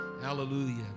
hallelujah